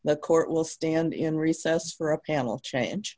the court will stand in recess for a panel change